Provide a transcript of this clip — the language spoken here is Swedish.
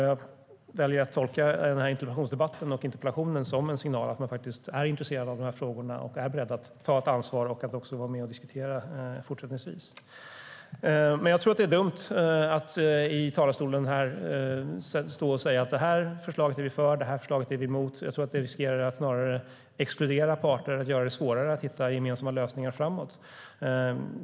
Jag väljer att tolka den här interpellationsdebatten och interpellationen som en signal om att man faktiskt är intresserad av de här frågorna och är beredd att ta ett ansvar och att vara med och diskutera fortsättningsvis. Men jag tror att det är dumt att i talarstolen stå och säga: Det här förslaget är vi för. Det här förslaget är vi emot. Jag tror att det riskerar att snarare exkludera parter och att göra det svårare att hitta gemensamma lösningar framåt.